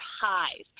highs